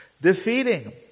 defeating